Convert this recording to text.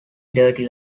dirty